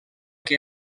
que